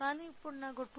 కానీ ఇప్పుడు నాకు 2